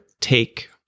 take